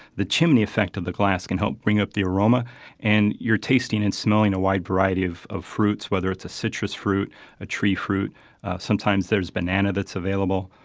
the chimney effect of the glass can help bring up the aroma and you're tasting and smelling a wide variety of of fruits, whether it's a citrus fruit or a tree fruit sometimes there's banana that's available.